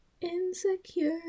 insecure